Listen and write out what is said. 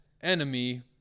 enemy